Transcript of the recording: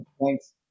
Thanks